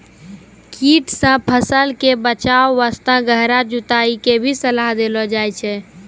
कीट सॅ फसल कॅ बचाय वास्तॅ गहरा जुताई के भी सलाह देलो जाय छै